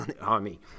Army